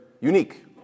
unique